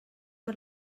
per